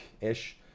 ish